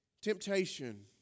Temptation